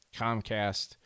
comcast